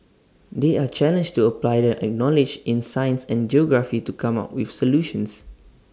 they are challenged to apply their acknowledge in science and geography to come up with solutions